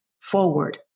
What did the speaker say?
forward